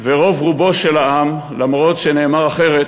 ורוב רובו של העם, אף שנאמר אחרת,